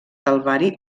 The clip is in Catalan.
calvari